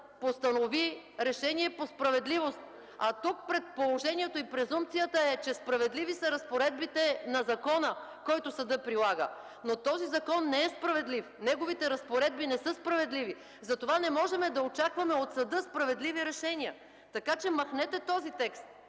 постанови решение по справедливост, а тук предположението, презумпцията е, че справедливи са разпоредбите на закона, който съдът прилага! Но този закон не е справедлив, неговите разпоредби не са справедливи, затова не можем да очакваме от съда справедливи решения. Така че махнете този текст,